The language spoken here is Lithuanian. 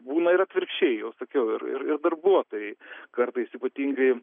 būna ir atvirkščiai jau sakiau ir ir ir darbuotojai kartais ypatingai